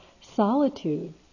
solitude